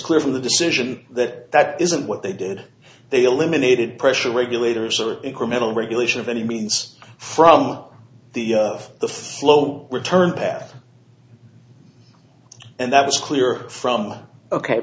clear from the decision that that isn't what they did they eliminated pressure regulator so it committal regulation of any means from the of the flow return path and that was clear from ok